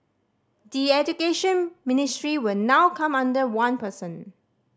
the Education Ministry will now come under one person